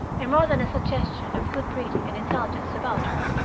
and more than a suggestion of good breeding and intelligence about her.